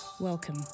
Welcome